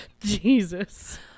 Jesus